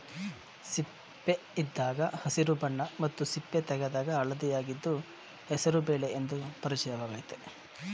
ಸಿಪ್ಪೆಯಿದ್ದಾಗ ಹಸಿರು ಬಣ್ಣ ಮತ್ತು ಸಿಪ್ಪೆ ತೆಗೆದಾಗ ಹಳದಿಯಾಗಿದ್ದು ಹೆಸರು ಬೇಳೆ ಎಂದು ಪರಿಚಿತವಾಗಯ್ತೆ